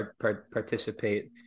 participate